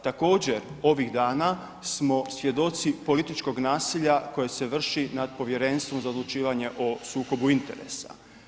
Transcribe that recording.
Također, ovih dana smo svjedoci političkog nasilja koje se vrši nad Povjerenstvom za odlučivanje o sukobu interesa.